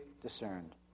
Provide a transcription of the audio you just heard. discerned